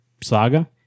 saga